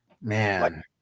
Man